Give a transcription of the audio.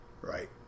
Right